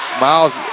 Miles